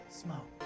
smoke